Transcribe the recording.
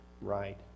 right